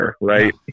right